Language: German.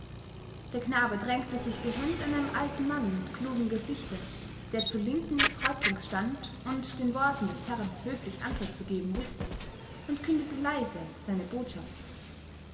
der knabe drängte sich behend an einen alten mann mit klugem gesichte der zur linken des häuptlings stand und den worten des herrn höflich antwort zu geben wußte und kündete leise seine botschaft